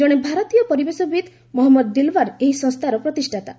କଣେ ଭାରତୀୟ ପରିବେଶବିତ୍ ମହମ୍ମଦ ଦିଲାୱର୍ ଏହି ସଂସ୍ଥାର ପ୍ରତିଷ୍ଠାତା